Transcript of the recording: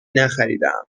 نخریدهام